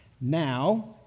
Now